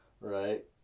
Right